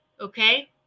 Okay